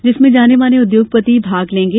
जिसमें जाने माने उद्योगपति भाग लेंगे